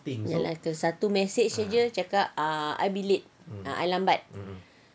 satu message jer cakap ah I be late I lambat